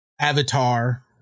avatar